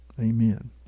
Amen